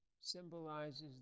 symbolizes